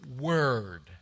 word